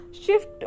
shift